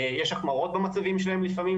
יש החמרות במצבים שלהם לפעמים.